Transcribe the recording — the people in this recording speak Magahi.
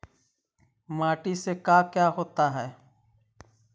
माटी से का क्या होता है?